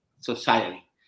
society